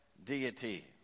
deity